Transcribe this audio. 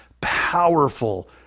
powerful